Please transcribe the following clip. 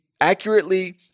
accurately